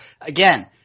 again